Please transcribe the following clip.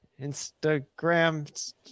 Instagram